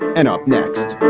and up next